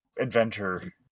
adventure